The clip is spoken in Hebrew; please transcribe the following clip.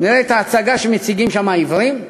נראה את ההצגה שמציגים שם העיוורים,